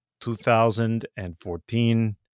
2014